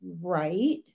Right